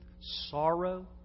sorrow